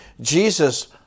Jesus